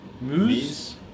Moose